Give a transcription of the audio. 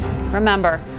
Remember